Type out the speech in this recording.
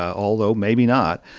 although maybe not.